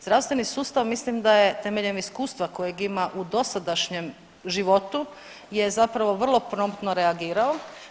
Zdravstveni sustav mislim da je temeljem iskustva kojeg ima u dosadašnjem životu je zapravo vrlo promptno reagirao.